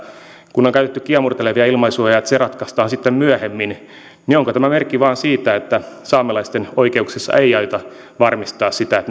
kun on käytetty kiemurtelevia ilmaisuja että se ratkaistaan sitten myöhemmin niin onko tämä merkki vain siitä että saamelaisten oikeuksissa ei aiota varmistaa sitä